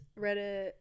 Reddit